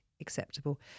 acceptable